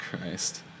Christ